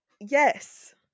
yes